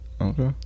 Okay